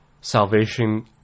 salvation